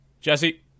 Jesse